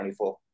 2024